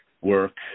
work